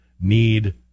need